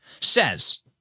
Says